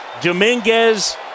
Dominguez